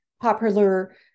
popular